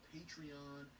Patreon